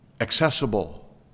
Accessible